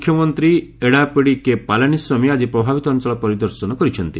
ମୁଖ୍ୟମନ୍ତ୍ରୀ ଏଡ଼ାପଡ଼ି କେ ପାଲାନିସ୍ୱାମୀ ଆକି ପ୍ରଭାବିତ ଅଞ୍ଚଳ ପରିଦର୍ଶନ କରିଛନ୍ତି